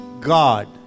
God